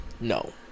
No